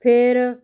ਫਿਰ